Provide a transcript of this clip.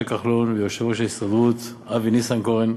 כחלון ויושב-ראש ההסתדרות אבי ניסנקורן.